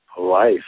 life